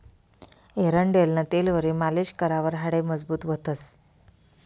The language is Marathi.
एरंडेलनं तेलवरी मालीश करावर हाडे मजबूत व्हतंस